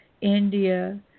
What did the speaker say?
India